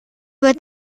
wird